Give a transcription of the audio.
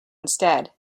instead